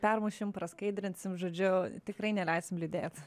permušim praskaidrinsim žodžiu tikrai neleisim liūdėt